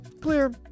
clear